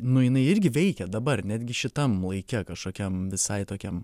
nu jinai irgi veikia dabar netgi šitam laike kažkokiam visai tokiam